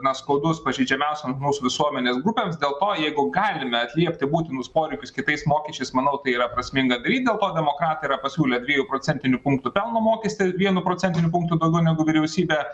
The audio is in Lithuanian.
na skaudus pažeidžiamiausiom mūsų visuomenės grupėm dėl ko jeigu galime atliepti būtinus poreikius kitais mokesčiais manau tai yra prasminga gryn dėl to demokratai yra pasiūlę dviejų procentinių punktų pelno mokestį vienu procentiniu punktu daugiau negu vyriausybė